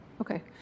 Okay